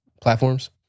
platforms